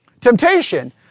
Temptation